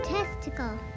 Testicle